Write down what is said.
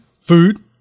food